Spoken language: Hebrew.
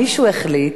מישהו החליט